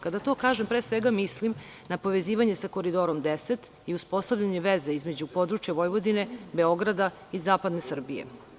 Kada to kažem, pre svega mislim na povezivanje sa Koridorom 10 i uspostavljanje veze između područja Vojvodine, Beograda i zapadne Srbije.